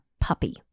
puppy